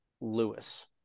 Lewis